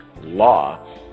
law